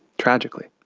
tragically.